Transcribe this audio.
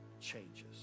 changes